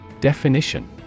Definition